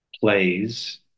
plays